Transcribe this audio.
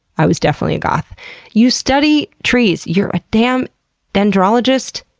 i was definitely a goth you study trees, you're a damn dendrologist,